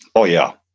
oh yeah.